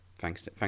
Thanks